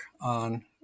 on